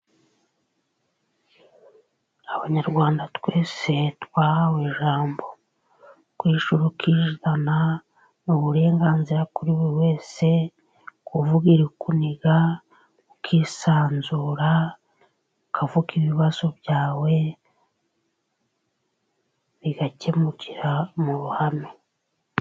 Abanyarwanda twese twahawe ijambo, kwishira ukizana ni uburenganzira kuri buri wese, kuvuga irikuniga ukisanzura ukavuga ibibazo byawe, bigakemukira mu ruhame.